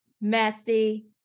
messy